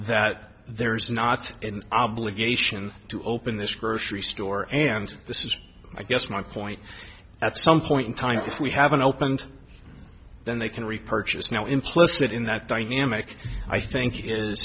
that there is not an obligation to open this grocery store and this is i guess my point at some point in time if we haven't opened then they can repurchase now implicit in that dynamic i think is